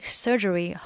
surgery